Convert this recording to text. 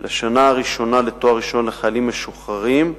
לשנה הראשונה לתואר ראשון לחיילים משוחררים,